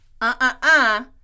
uh-uh-uh